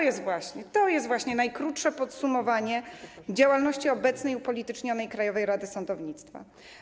I to jest właśnie najkrótsze podsumowanie działalności obecnej, upolitycznionej Krajowej Rady Sądownictwa.